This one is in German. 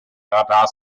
radar